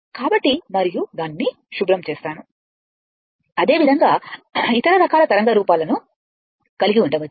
కాబట్టి మరియు దానిని శుభ్రం చేస్తాను అదే విధంగా ఇతర రకాల తరంగ రూపాలను కలిగి ఉండవచ్చు